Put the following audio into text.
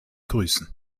grüßen